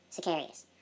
Sicarius